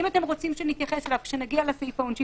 האם הייתם רוצים שנתייחס אליו כשנגיע לסעיף העונשי